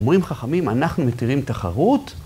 אומרים חכמים, אנחנו מתירים תחרות.